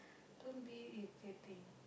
Don't be irritating